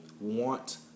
want